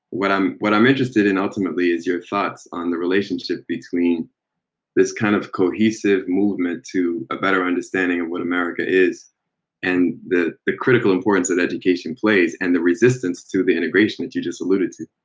what i'm what i'm interested in, ultimately, is your thoughts on the relationship between this kind of cohesive movement to a better understanding of what america is and the the critical importance that education plays and the resistance to the integration that you just alluded to.